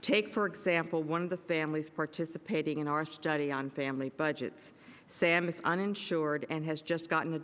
take for example one of the families participating in our study on family budgets sam is uninsured and has just gotten a